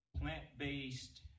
plant-based